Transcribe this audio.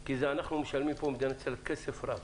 כי אנחנו, מדינת ישראל, משלמים פה כסף רב